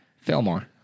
Fillmore